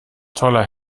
toller